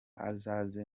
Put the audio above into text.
azaze